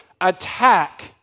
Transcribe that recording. attack